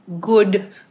good